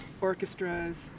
orchestras